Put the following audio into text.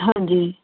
ਹਾਂਜੀ ਜੀ